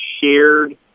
shared